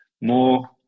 more